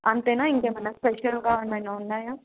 అంతేనా ఇంకేమైనా స్పెషల్గా ఏమైనా ఉన్నాయా